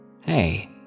Hey